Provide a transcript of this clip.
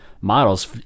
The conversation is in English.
models